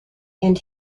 and